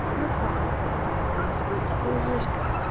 your father made me those boots four years ago,